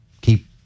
keep